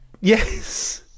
Yes